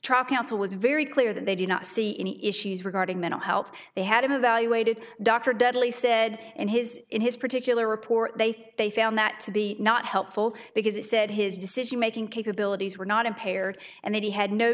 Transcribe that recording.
truck council was very clear that they did not see any issues regarding mental health they had evaluated dr dudley said in his in his particular report they found that to be not helpful because it said his decision making capabilities were not impaired and that he had no